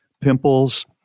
pimples